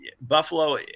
Buffalo